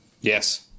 Yes